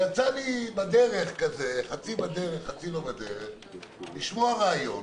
יצא לי בדרך לשמוע ראיון